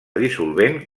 dissolvent